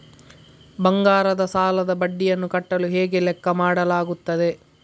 ಬಂಗಾರದ ಸಾಲದ ಬಡ್ಡಿಯನ್ನು ಕಟ್ಟಲು ಹೇಗೆ ಲೆಕ್ಕ ಮಾಡಲಾಗುತ್ತದೆ?